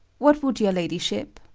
what would your ladyship?